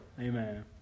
Amen